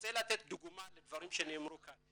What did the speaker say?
רוצה לתת דוגמה לדברים שנאמרו כאן.